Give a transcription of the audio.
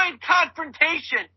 confrontation